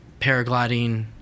paragliding